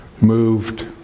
moved